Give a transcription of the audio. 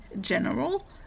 general